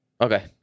Okay